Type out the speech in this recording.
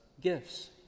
gifts